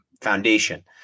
foundation